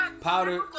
powder